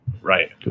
Right